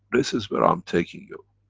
this is where i'm taking you.